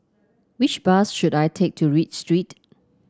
which bus should I take to reach Street